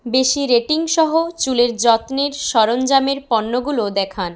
বেশি রেটিং সহ চুলের যত্নের সরঞ্জামের পণ্যগুলো দেখান